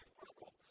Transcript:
protocol.